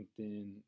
LinkedIn